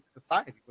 society